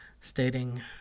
stating